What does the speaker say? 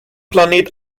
planet